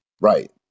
Right